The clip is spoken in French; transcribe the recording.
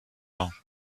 ans